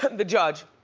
the judge.